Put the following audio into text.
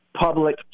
public